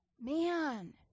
Man